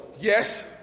Yes